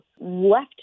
left